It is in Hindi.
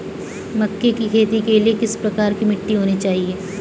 मक्के की खेती के लिए किस प्रकार की मिट्टी होनी चाहिए?